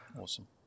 Awesome